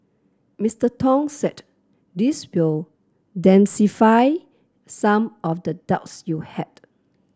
Mister Tong said this will demystify some of the doubts you had